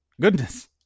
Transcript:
Goodness